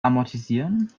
amortisieren